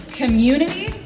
community